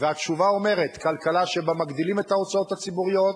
והתשובה אומרת: כלכלה שבה מגדילים את ההוצאות הציבוריות,